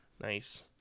Nice